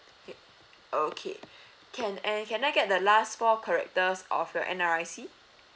okay okay can err can I get the last four characters of your N_R_I_C